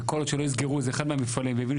וכל עוד שלא יסגרו איזה אחד מהמפעלים ויגידו